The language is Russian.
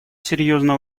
серьезно